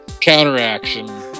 counteraction